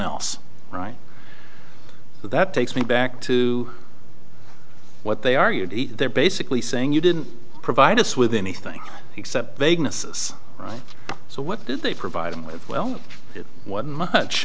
else right that takes me back to what they are you they're basically saying you didn't provide us with anything except vegas right so what did they provide him with well it wasn't much